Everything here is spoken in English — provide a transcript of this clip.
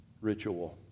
ritual